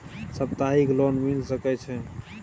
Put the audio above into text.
सप्ताहिक लोन मिल सके छै?